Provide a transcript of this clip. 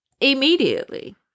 immediately